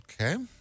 Okay